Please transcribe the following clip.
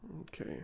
okay